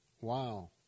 Wow